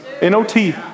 N-O-T